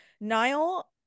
Niall